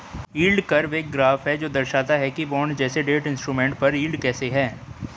yield curve एक graph है जो दर्शाता है कि बॉन्ड जैसे डेट इंस्ट्रूमेंट पर यील्ड कैसे है